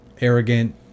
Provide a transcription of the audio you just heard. arrogant